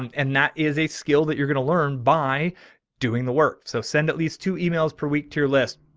and that is a skill that you're going to learn by doing the work. so send at least two emails per day to your list.